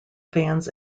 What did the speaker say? fans